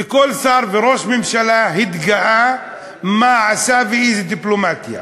וכל שר וראש ממשלה התגאה במה שעשה ואיזו דיפלומטיה.